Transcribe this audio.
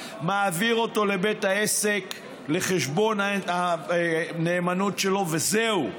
מעביר אותו לבית העסק לחשבון נאמנות שלו, וזהו.